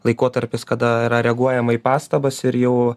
laikotarpis kada yra reaguojama į pastabas ir jau